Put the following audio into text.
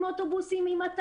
היינו בכל מיני מבצעי צוק איתן,